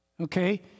Okay